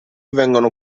vengono